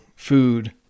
Food